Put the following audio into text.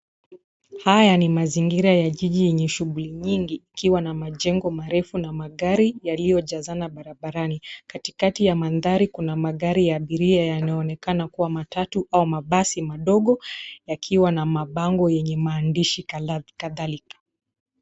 Haya ni mazingira ya jiji yenye shuguli nyingi, ikiwa na majengo marefu na magari yaliyojazana barabarani. Katikati ya mandhari, kuna magari ya abiria yanayoonekana kuwa matatu au mabasi madogo, yakiwa na mabango yenye maandishi na kadhalika.